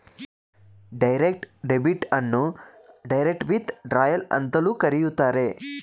direct debit ಅನ್ನು direct withdrawal ಅಂತಲೂ ಕರೆಯುತ್ತಾರೆ